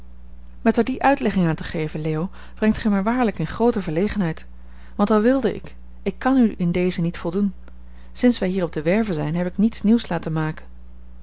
met er die uitlegging aan te geven leo brengt gij mij waarlijk in groote verlegenheid want al wilde ik ik kan u in dezen niet voldoen sinds wij hier op de werve zijn heb ik niets nieuws laten maken